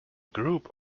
group